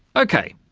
okay,